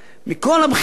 מכל הבחינות